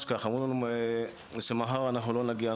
אמרו לנו שמחר לא נגיע.